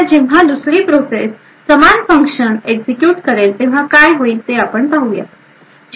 आता जेव्हा दुसरी प्रोसेस समान फंक्शन एक्झिक्युट करेंल तेव्हा काय होईल ते आपण पाहू